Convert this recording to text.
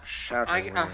shouting